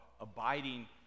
abiding